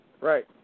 Right